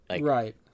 Right